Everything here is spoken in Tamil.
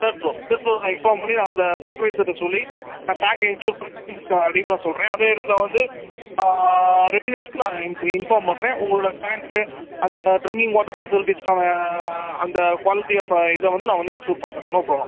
தேர்ட் ஃப்ளோர் தேர்ட் ஃப்ளோர்ல இன்ஃபார்ம் பண்ணி நான் அந்த சூப்பர்வைசர்கிட்ட சொல்லி நான் டேங்க்கை என்ஸூர் பண்ணி சா ரெடி பண்ண சொல்கிறேன் அதே இடத்துல வந்து ரிலீவர்ஸ்க்கு நான் இன் இன்ஃபார்ம் பண்ணுறேன் உங்களோட டேங்க்கு அந்த ட்ரிங்கிங் வாட்டர் ஃபெசிலிட்டிஸ்க்கான அந்த குவாலிட்டி ஆஃப் இதை வந்து நான் வந்து என்ஷூர் பண்ணுறேன் நோ ப்ராப்ளம்